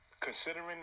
considering